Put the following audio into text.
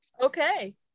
Okay